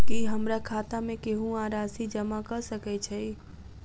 की हमरा खाता मे केहू आ राशि जमा कऽ सकय छई?